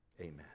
Amen